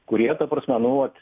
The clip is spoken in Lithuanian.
kurie ta prasme nu vat